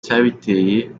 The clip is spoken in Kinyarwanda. icyabiteye